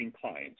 clients